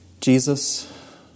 Jesus